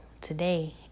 today